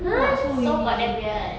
!huh! that's so god damn weird